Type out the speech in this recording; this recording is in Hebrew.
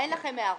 אין לכם הערות.